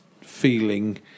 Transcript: feeling